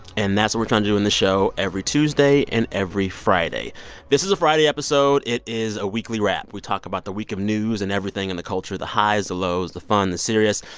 and that's what we're trying to do in the show every tuesday and every friday this is a friday episode. it is a weekly wrap. we talk about the week of news and everything in the culture the highs, the lows, the fun, the serious.